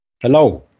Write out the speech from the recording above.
Hello